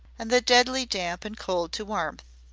and the deadly damp and cold to warmth.